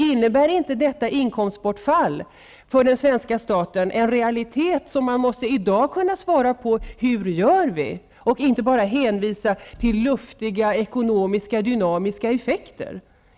Innebär inte detta inkomstbortfall för den svenska staten en realitet, där vi i dag måste besvara frågan hur vi skall göra, i stället för att hänvisa till luftiga, ekonomiska och dynamiska effekter?